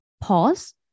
pause